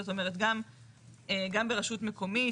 זאת אומרת גם ברשות מקומית,